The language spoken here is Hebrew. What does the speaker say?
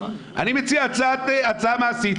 אני מציע הצעה מעשית.